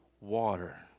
water